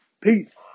Peace